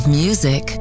music